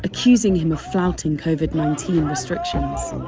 accusing him of flouting covid nineteen restrictions